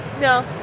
No